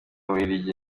bubiligi